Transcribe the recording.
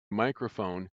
microphone